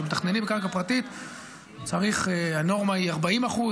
כשמתכננים קרקע פרטית הנורמה היא 40%,